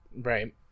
Right